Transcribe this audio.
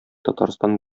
татарстан